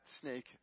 snake